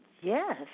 Yes